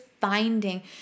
finding